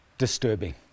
disturbing